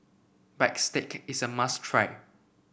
Bistake is a must try